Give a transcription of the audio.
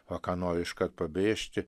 va ką noriu iškart pabrėžti